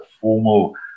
formal